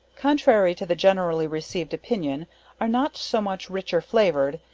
contrary to the generally received opinion are not so much richer flavored,